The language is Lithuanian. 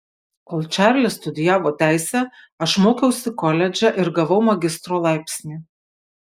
kol čarlis studijavo teisę aš mokiausi koledže ir gavau magistro laipsnį